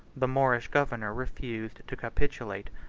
the moorish governor refused to capitulate,